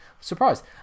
Surprised